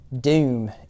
doom